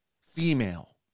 female